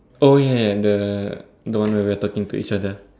oh ya ya the the one where we're talking to each other